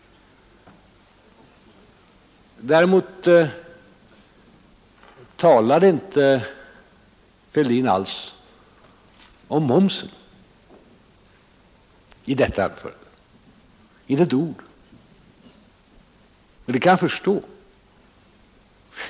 Däremot talade inte herr Fälldin alls om momsen i detta anförande — inte ett ord. Men det kan jag förstå.